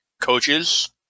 coaches